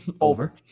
over